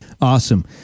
Awesome